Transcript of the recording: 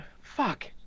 Fuck